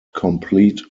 complete